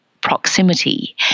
proximity